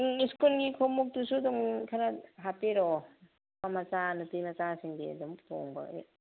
ꯎꯝ ꯁ꯭ꯀꯨꯜꯒꯤ ꯈꯣꯡꯎꯞꯇꯨꯁꯨ ꯑꯗꯨꯝ ꯈꯔ ꯍꯥꯞꯄꯤꯔꯛꯑꯣ ꯃꯆꯥ ꯅꯨꯄꯤ ꯃꯆꯥꯁꯤꯡꯒꯤ ꯑꯗꯨꯝ ꯇꯣꯡꯕꯒꯤ